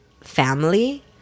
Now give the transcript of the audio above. family